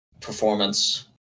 performance